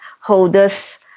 holders